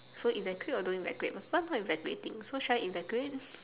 so evacuate or not evacuate but some people are not evacuating so should I evacuate